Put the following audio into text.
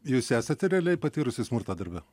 jūs esate realiai patyrusi smurtą darbe